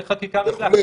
זו חקיקה רגילה.